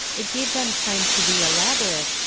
it gave them time to be elaborate,